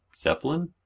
Zeppelin